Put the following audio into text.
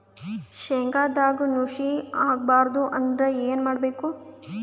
ಶೇಂಗದಾಗ ನುಸಿ ಆಗಬಾರದು ಅಂದ್ರ ಏನು ಮಾಡಬೇಕು?